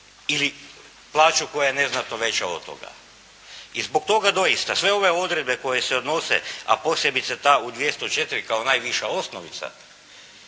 ili plaću koja je neznatno veća od toga. I zbog toga dosita, sve ove odredbe koje se odnose, a posebice ta u 204., kao najviša osnovica